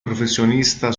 professionista